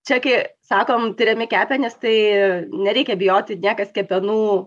čia kai sakom tiriami kepenys tai nereikia bijoti niekas kepenų